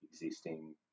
existing